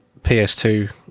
PS2